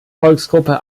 volksgruppe